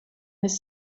his